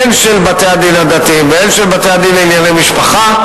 הן של בתי-הדין הדתיים והן של בתי-הדין לענייני משפחה,